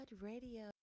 Radio